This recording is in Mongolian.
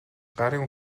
гарын